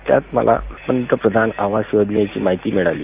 त्यात मला पंतप्रधान आवास योजनेची माहिती मिळाली